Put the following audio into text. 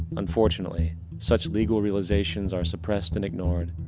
unfortunately such legal realizations are suppressed and ignored.